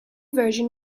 version